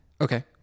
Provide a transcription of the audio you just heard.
Okay